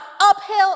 uphill